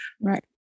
Right